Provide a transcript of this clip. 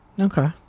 Okay